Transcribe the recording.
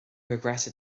regretted